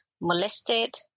molested